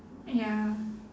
ya